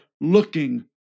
looking